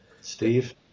Steve